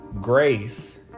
Grace